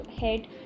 head